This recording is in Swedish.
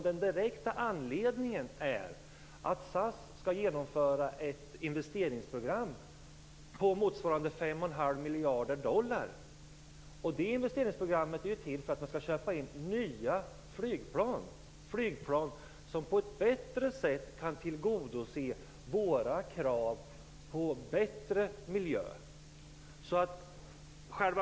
Den direkta anledningen är ju att SAS skall genomföra ett investeringsprogram på motsvarande 5 1⁄2 miljarder dollar. Det investeringsprogrammet är till för att man skall köpa in nya flygplan, som på ett bättre sätt kan tillgodose våra krav på bättre miljö.